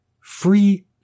free